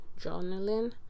journaling